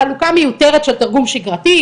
חלוקה מיותרת של תרגום שגרתי,